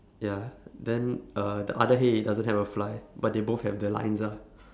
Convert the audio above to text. ya then uh the other hay it doesn't have a fly but they both have the lines ah